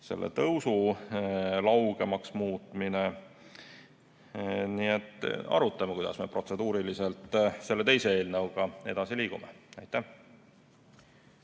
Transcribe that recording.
selle tõusu laugemaks muutmine. Nii et arutame, kuidas me protseduuriliselt selle teise eelnõuga edasi liigume. Aitäh!